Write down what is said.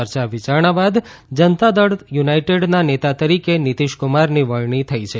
ચર્ચા વિયારણા બાદ જનતાદળ યુનાઇટેડના નેતા તરીકે નીતિશ કુમારની વરણી થઇ છે